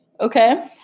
Okay